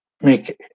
make